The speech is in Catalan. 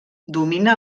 domina